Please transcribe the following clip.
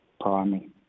primary